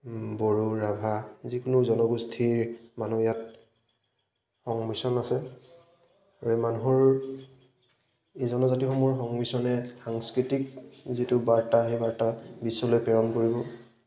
বড়ো ৰাভা যিকোনো জনগোষ্ঠীৰ মানুহ ইয়াত সংমিশ্ৰণ আছে আৰু এই মানুহৰ এই জনজাতিসমূহৰ সংমিশ্ৰণে সাংস্কৃতিক যিটো বাৰ্তা সেই বাৰ্তা বিশ্বলৈ প্ৰেৰণ কৰিব